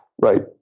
right